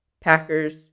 Packers